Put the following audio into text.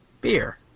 beer